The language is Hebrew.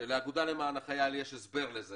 שלאגודה למען החייל יש הסבר לזה